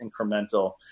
incremental